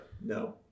no